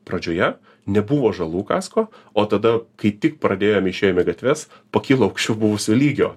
pradžioje nebuvo žalų kasko o tada kai tik pradėjom išėjom į gatves pakilo aukščiau buvusio lygio